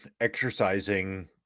exercising